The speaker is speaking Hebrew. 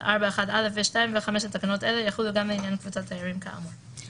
4(1)(א) ו-(2) ו-5 לתקנות אלה יחולו גם לעניין קבוצת תיירים כאמור.